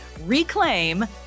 Reclaim